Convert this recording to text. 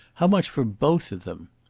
how much for both of them!